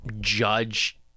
judge